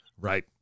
right